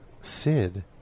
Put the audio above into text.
Sid